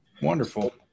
Wonderful